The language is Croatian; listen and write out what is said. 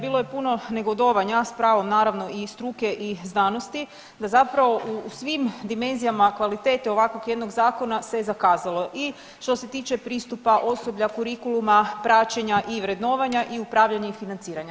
Bilo je puno negodovanja s pravom naravno i struke i znanosti da zapravo u svim dimenzijama kvalitete ovakvog jednog zakona se zakazalo i što se tiče pristupa osoblja, kurikuluma, praćenja i vrednovanja i upravljanja i financiranja.